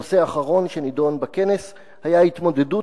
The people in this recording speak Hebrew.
הנושא האחרון שנדון בכנס היה ההתמודדות